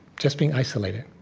just being isolated.